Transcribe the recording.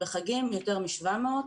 בחגים יותר מ-700.